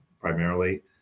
primarily